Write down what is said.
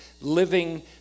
living